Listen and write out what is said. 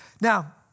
Now